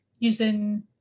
using